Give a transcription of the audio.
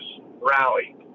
rally